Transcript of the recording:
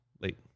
Late